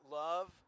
love